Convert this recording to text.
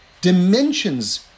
Dimensions